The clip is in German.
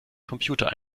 computer